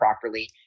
properly